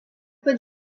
pat